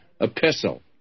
epistle